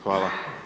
Hvala.